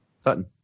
Sutton